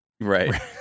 Right